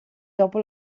dopo